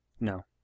No